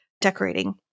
decorating